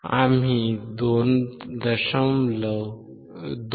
आम्ही 2